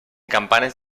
campanes